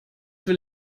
will